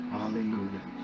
Hallelujah